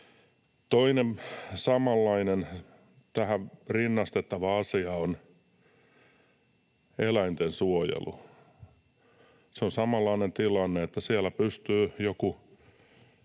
Toinen samanlainen tähän rinnastettava asia on eläintensuojelu. Se on samanlainen tilanne, että siellä pystyy joku